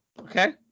Okay